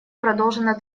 продолжена